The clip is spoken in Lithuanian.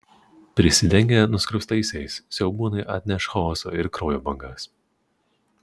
prisidengę nuskriaustaisiais siaubūnai atneš chaoso ir kraujo bangas